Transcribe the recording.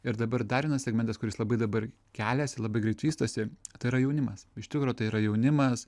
ir dabar dar vienas segmentas kuris labai dabar keliasi labai greit vystosi tai yra jaunimas iš tikro tai yra jaunimas